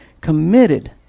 committed